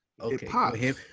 okay